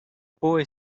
boy